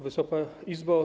Wysoka Izbo!